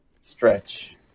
stretch